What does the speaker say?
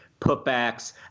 putbacks